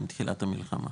עם תחילת המלחמה,